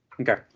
Okay